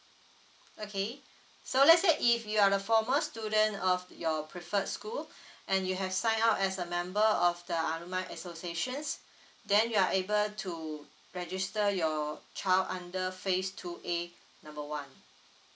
okay so let's say if you are the former student of your preferred school and you have sign up as a member of the alumni associations then you are able to register your child under phase two A number one